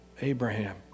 Abraham